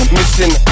missing